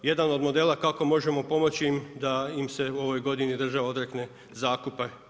Jedan od modela kao možemo pomoći im, da im se u ovoj godini država odrekne zakupa.